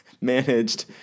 managed